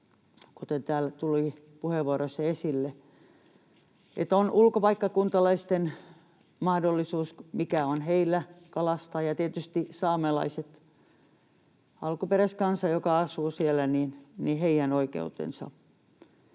sitä. Täällä tuli puheenvuoroissa esille ulkopaikkakuntalaisten mahdollisuus kalastaa ja tietysti saamelaiset — alkuperäiskansa, joka asuu siellä — ja heidän oikeutensa.